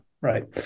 Right